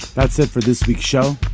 that's it for this week's show.